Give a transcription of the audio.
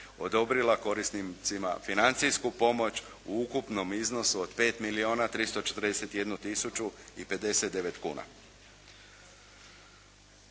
odobrila korisnicima financijsku pomoć u ukupnom iznosu od 5 milijuna